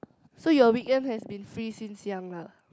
so your weekend has been free since young lah